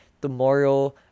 tomorrow